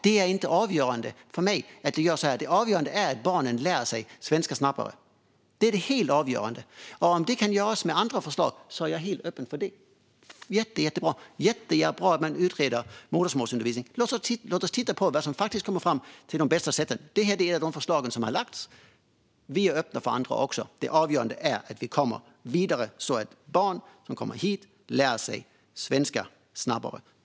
Det är inte avgörande för mig att vi gör så. Det helt avgörande är att barnen lär sig svenska snabbare. Om det kan åstadkommas med andra förslag är jag helt öppen för detta. Det är jättebra att man utreder modersmålsundervisning. Låt oss titta på vad man kommer fram till är de bästa sätten! Detta är de förslag som har lagts; vi är öppna för andra också. Det avgörande är att vi kommer vidare så att barn som kommer hit lär sig svenska snabbare.